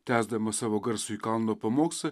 tęsdamas savo garsųjį kalno pamokslą